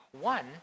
One